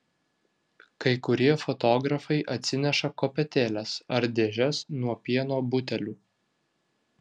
kai kurie fotografai atsineša kopėtėles ar dėžes nuo pieno butelių